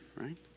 right